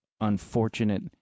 unfortunate